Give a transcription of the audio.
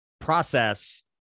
process